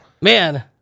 Man